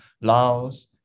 Laos